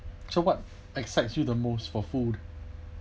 so what excites you the most for food